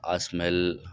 ఆ స్మెల్